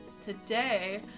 Today